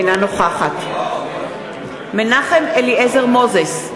אינה נוכחת מנחם אליעזר מוזס,